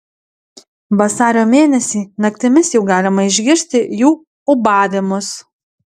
vasario mėnesį naktimis jau galima išgirsti jų ūbavimus